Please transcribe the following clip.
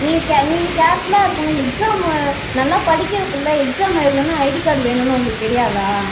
நீங்கள் கே நீங்கள் கேர்ஃபுல்லாக இருக்கணும் எக்ஸாமு நல்லா படிக்கிற பிள்ள எக்ஸாம் எழுதணுன்னா ஐடி கார்டு வேணுன்னு உங்களுக்கு தெரியாதா